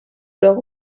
leur